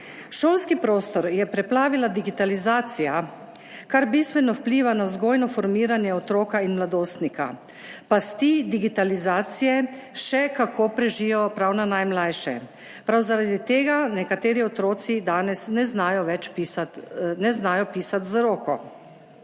Šolski prostor je preplavila digitalizacija, kar bistveno vpliva na vzgojno formiranje otroka in mladostnika. Pasti digitalizacije še kako prežijo prav na najmlajše. Prav zaradi tega nekateri otroci danes ne znajo več pisati z roko.